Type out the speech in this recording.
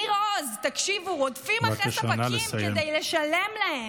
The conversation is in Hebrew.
ניר עוז, תקשיבו, רודפים אחרי ספקים כדי לשלם להם,